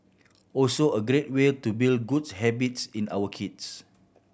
also a great way to build goods habits in our kids